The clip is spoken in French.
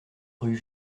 rue